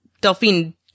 Delphine